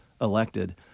elected